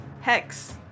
Hex